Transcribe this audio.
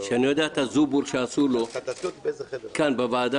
שאני יודע איזה זובור שעשו לו כאן בוועדה